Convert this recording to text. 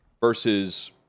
versus